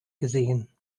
gesehen